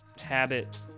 habit